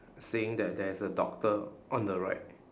saying that there is a doctor on the right